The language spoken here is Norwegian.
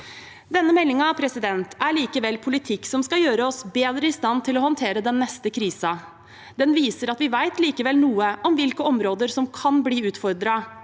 Denne meldingen er likevel politikk som skal gjøre oss bedre i stand til å håndtere den neste krisen. Den viser at vi vet likevel noe om hvilke områder som kan bli utfordret,